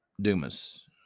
Dumas